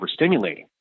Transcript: overstimulating